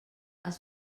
has